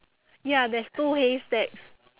ya there's two haystacks